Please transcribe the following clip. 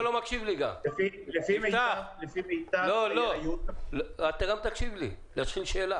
לא מימשה את האיום שלה